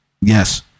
yes